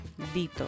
dito